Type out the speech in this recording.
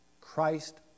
Christ